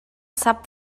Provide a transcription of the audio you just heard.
sap